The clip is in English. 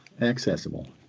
accessible